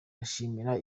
ndashimira